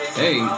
hey